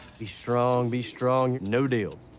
be strong. be strong. no deals.